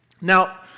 Now